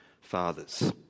fathers